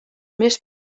més